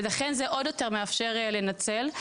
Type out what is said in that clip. וזה מהווה פתח יותר גדול לניצול.